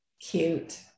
Cute